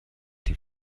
die